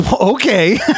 Okay